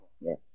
Yes